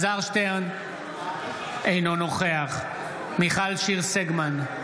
אינו נוכח מיכל שיר סגמן,